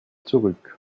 zurück